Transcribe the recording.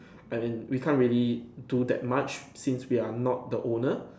as in we can't really do that much since we are not the owner